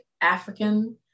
African